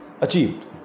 achieved